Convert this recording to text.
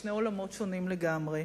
שני עולמות שונים לגמרי.